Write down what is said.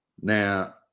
Now